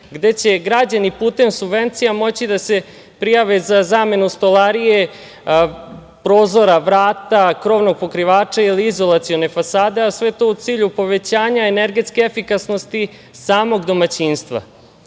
gde će građani putem subvencija moći da se prijave za zamenu stolarije, prozora, vrata, krovnog pokrivača ili izolacione fasade, a sve je to u cilju povećanja energetske efikasnosti samog domaćinstva. Predlogom